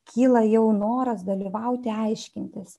kyla jau noras dalyvauti aiškintis